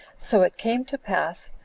so it came to pass,